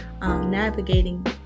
navigating